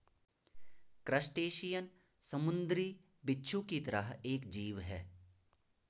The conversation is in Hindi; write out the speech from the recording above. क्रस्टेशियन समुंद्री बिच्छू की तरह एक जीव है